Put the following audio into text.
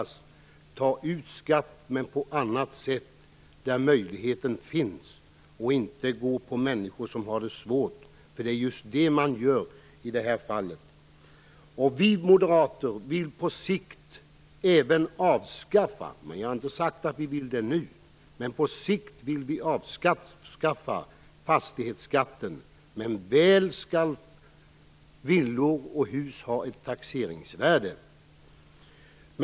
Man skall ta ut skatt, men på annat sätt, där möjligheten finns, och inte gå på människor som har det svårt. Det är just det man gör i det här fallet. Vi moderater vill på sikt även avskaffa fastighetsskatten - men jag har inte sagt att vi vill göra det nu. Men väl skall villor och hus ha ett taxeringsvärde.